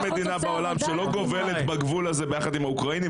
אין אף מדינה בעולם שלא גובלת בגבול הזה ביחד עם האוקראינים,